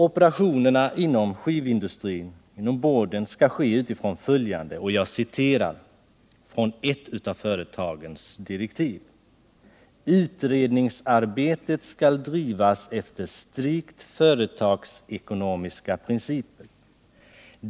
Operationerna inom skivindustrin skall ske utifrån följande — jag citerar direktiven för arbetsgruppen i ett av företagen: ”Utredningsarbetet skall drivas efter strikt företagsekonomiska principer.